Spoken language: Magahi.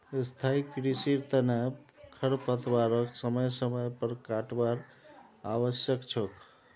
स्थाई कृषिर तना खरपतवारक समय समय पर काटवार आवश्यक छोक